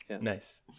Nice